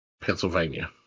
Pennsylvania